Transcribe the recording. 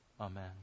Amen